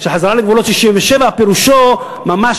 שחזרה לגבולות 67' פירושו ממש,